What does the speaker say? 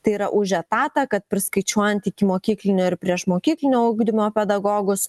tai yra už etatą kad priskaičiuojant ikimokyklinio ir priešmokyklinio ugdymo pedagogus